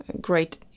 great